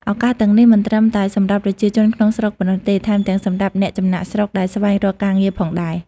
ឱកាសទាំងនេះមិនត្រឹមតែសម្រាប់ប្រជាជនក្នុងស្រុកប៉ុណ្ណោះទេ ថែមទាំងសម្រាប់អ្នកចំណាកស្រុកដែលស្វែងរកការងារផងដែរ។